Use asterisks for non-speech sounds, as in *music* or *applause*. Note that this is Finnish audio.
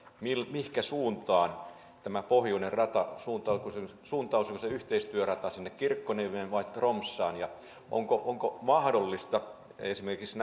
mihinkä suuntaan tämä pohjoinen rata suuntautuu suuntautuuko se yhteistyörata sinne kirkkoniemeen vai tromssaan onko mahdollista esimerkiksi *unintelligible*